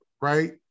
right